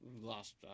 lost